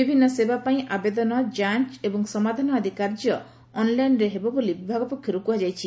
ବିଭିନ୍ ସେବା ପାଇଁ ଆବେଦନ ଯାଞ୍ଚ ଏବଂ ସମାଧାନ ଆଦି କାର୍ଯ୍ୟ ଅନଲାଇନରେ କରାଯିବ ବୋଲି ବିଭାଗ ପକ୍ଷରୁ କୁହାଯାଇଛି